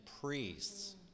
priests